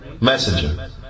messenger